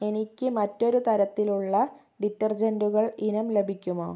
എനിക്ക് മറ്റൊരു തരത്തിലുള്ള ഡിറ്റർജന്റുകൾ ഇനം ലഭിക്കുമോ